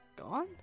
gone